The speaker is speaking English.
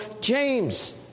James